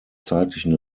zeitlichen